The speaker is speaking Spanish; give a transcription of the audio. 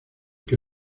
que